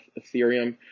Ethereum